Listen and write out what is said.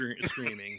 screaming